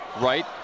right